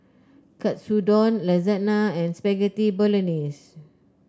Katsudon Lasagna and Spaghetti Bolognese